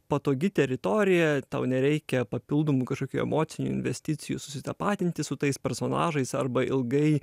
patogi teritorija tau nereikia papildomų kažkokių emocinių investicijų susitapatinti su tais personažais arba ilgai